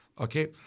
Okay